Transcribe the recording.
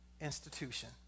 institution